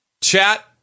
Chat